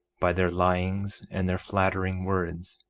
by their lyings and their flattering words,